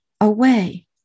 away